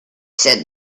said